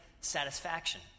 satisfaction